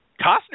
Costner